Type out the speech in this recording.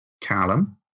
Callum